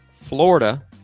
Florida